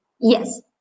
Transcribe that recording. Yes